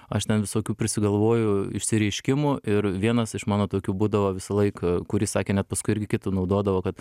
aš ten visokių prisigalvoju išsireiškimų ir vienas iš mano tokių būdavo visąlaik kuris sakė net paskui irgi kitų naudodavo kad